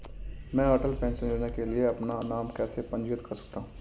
मैं अटल पेंशन योजना के लिए अपना नाम कैसे पंजीकृत कर सकता हूं?